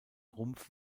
rumpf